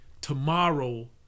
tomorrow